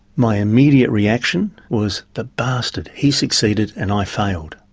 my immediate reaction was the bastard, he succeeded and i failed'.